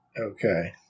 Okay